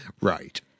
Right